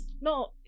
no